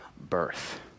birth